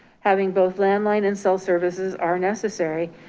having both landline and cell services are necessary,